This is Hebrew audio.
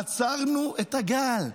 עצרנו את הגל.